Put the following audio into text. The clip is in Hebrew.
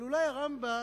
אבל אולי הרמב"ם